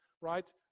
right